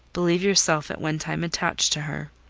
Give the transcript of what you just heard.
believe yourself at one time attached to her?